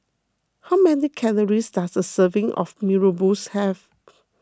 how many calories does a serving of Mee Rebus have